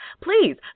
Please